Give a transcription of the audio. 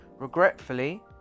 Regretfully